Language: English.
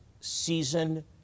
season